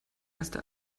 erste